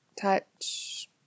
touch